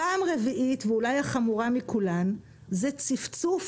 פעם רביעית, ואולי החמורה מכולן, זה צפצוף